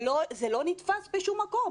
זה לא נתפס בשום מקום